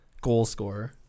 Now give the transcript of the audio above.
goal-scorer